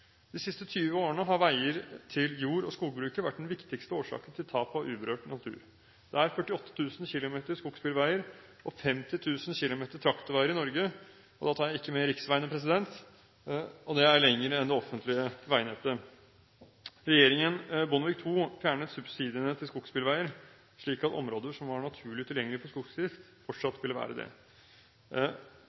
De siste 20 årene har veier til jord- og skogbruket vært den viktigste årsaken til tap av uberørt natur. Det er 48 000 km skogsbilveier og 50 000 km traktorveier i Norge – da tar jeg ikke med riksveiene – og det er lenger enn det offentlige veinettet. Regjeringen Bondevik II fjernet subsidiene til skogsbilveier, slik at områder som var naturlig utilgjengelig for skogsdrift, fortsatt ville være det.